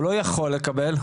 הוא לא יכול לקבל,